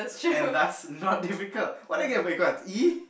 and thus not difficult what did I get for econs E